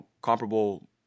comparable